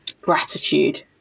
gratitude